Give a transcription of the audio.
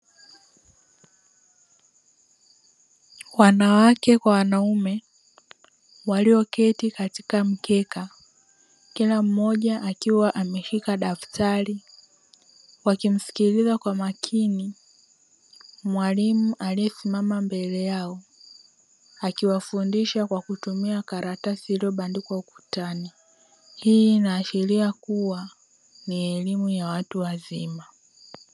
Wanawake kwa wanaume walioketi katika mkeka kila mmoja akiwa ameshika daftari, wakimsikiliza kwa makini mwalimu aliye simama mbele yao akiwafundisha kwa kutumia karatasi ililiyo bandikwa ukutani hii inaashiria kuwa ni elimu ya watu wazima.